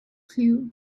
clue